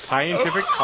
Scientific